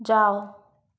जाओ